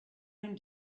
own